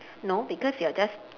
no because you are just